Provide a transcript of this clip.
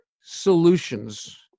solutions